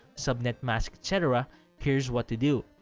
subnet mask etc here's what to do.